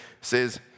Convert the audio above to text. says